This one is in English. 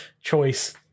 choice